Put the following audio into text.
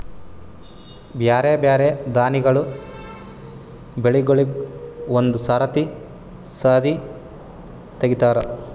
ಬ್ಯಾರೆ ಬ್ಯಾರೆ ದಾನಿಗಳ ಬೆಳಿಗೂಳಿಗ್ ಒಂದೇ ಸರತಿ ಸದೀ ತೆಗಿತಾರ